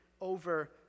over